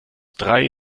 drei